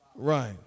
right